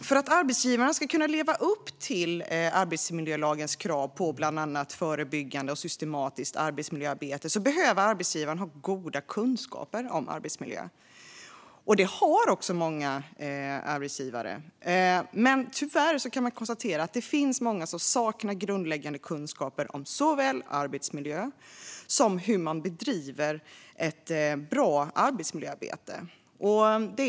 För att arbetsgivaren ska kunna leva upp till arbetsmiljölagens krav på bland annat ett förebyggande och systematiskt arbetsmiljöarbete behöver arbetsgivaren ha goda kunskaper om arbetsmiljö. Det har många arbetsgivare också, men tyvärr kan man konstatera att det även finns många som saknar grundläggande kunskaper om såväl arbetsmiljö som hur man bedriver ett bra arbetsmiljöarbete.